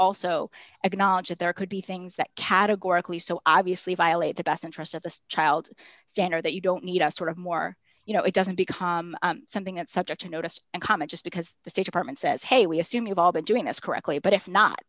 also acknowledge that there could be things that categorically so obviously violate the best interest of the child standard that you don't need a sort of more you know it doesn't become something that's subject to notice and comment just because the state department says hey we assume you've all been doing this correctly but if not